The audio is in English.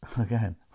again